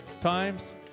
times